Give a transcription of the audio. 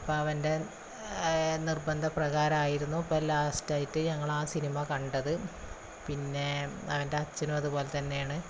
അപ്പോള് അവന്റെ നിർബന്ധപ്രകാരം ആയിരുന്നു ഇപ്പോള് ലാസ്റ്റ് ആയിട്ട് ഞങ്ങൾ ആ സിനിമ കണ്ടത് പിന്നെ അവന്റെ അച്ഛനും അതുപോലെ തന്നെയാണ്